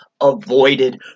avoided